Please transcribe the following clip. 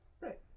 right